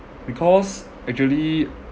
because actually